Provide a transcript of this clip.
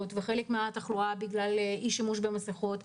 וחלק מהתחלואה בגלל אי-שימוש במסכות,